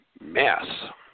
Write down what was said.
mass